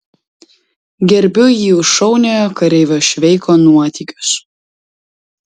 gerbiu jį už šauniojo kareivio šveiko nuotykius